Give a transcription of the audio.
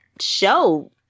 show